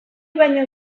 baino